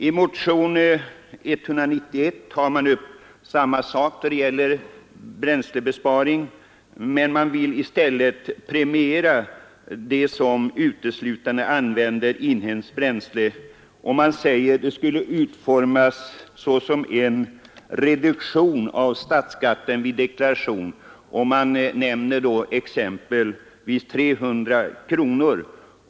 I motionen 191 tar man också upp bränslebesparing, men man vill i stället premiera dem som uteslutande använder inhemskt bränsle. Man säger: ”Ett stimulansbidrag skulle kunna utformas såsom en reduktion av statsskatten vid deklarationen på t.ex. 300 kronor.